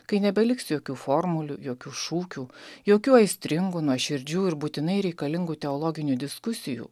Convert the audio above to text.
kai nebeliks jokių formulių jokių šūkių jokių aistringų nuoširdžių ir būtinai reikalingų teologinių diskusijų